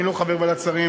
אני לא חבר ועדת שרים